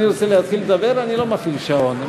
אם אדוני רוצה להתחיל לדבר אני לא מפעיל שעון.